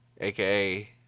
AKA